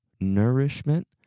nourishment